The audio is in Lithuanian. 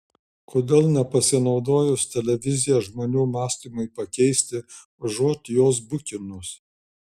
kodėl nepasinaudojus televizija žmonių mąstymui pakeisti užuot juos bukinus